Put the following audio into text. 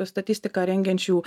statistiką rengiančių